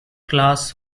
class